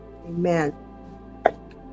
Amen